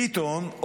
ביטון,